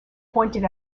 pointed